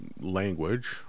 language